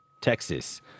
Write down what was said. Texas